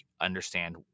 understand